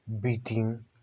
beating